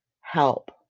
help